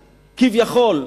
כביכול,